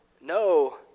no